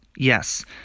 Yes